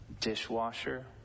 dishwasher